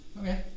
Okay